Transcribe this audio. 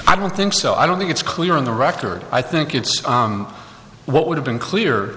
i don't think so i don't think it's clear on the record i think it's what would have been clear